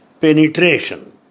penetration